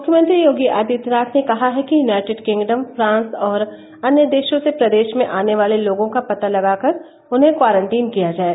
मुख्यमंत्री योगी आदित्यनाथ ने कहा है कि य्नाइटेड किंगडम फ्रांस और अन्य देशों से प्रदेश में आने वाले लोगों का पता लगाकर उन्हें क्वारंटीन किया जाय